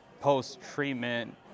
post-treatment